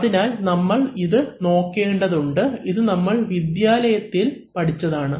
അതിനാൽ നമ്മൾ ഇത് നോക്കേണ്ടതുണ്ട് ഇത് നമ്മൾ വിദ്യാലയത്തിൽ പഠിച്ചതാണ്